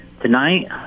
tonight